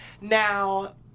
Now